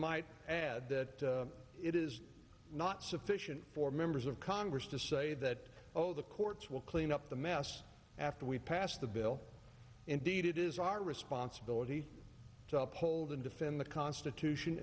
might add that it is not sufficient for members of congress to say that oh the courts will clean up the mess after we pass the bill indeed it is our responsibility to uphold and defend the constitution